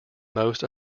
most